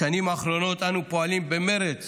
בשנים האחרונות אנו פועלים במרץ